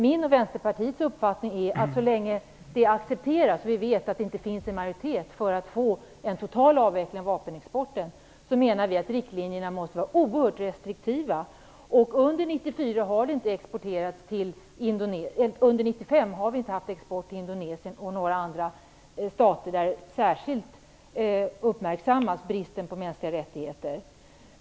Min och Vänsterpartiets uppfattning är att så länge det accepteras - vi vet att det inte finns en majoritet för att få en total avveckling av vapenexporten - så måste riktlinjerna vara erhört restriktiva. Under 1995 har vi inte haft export till Indonesien och vissa andra stater där man särskilt uppmärksammat bristen på mänskliga rättigheter.